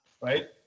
right